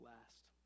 last